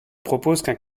proposent